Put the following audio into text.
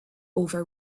over